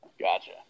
Gotcha